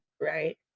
Right